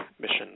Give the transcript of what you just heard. mission